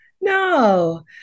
No